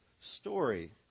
story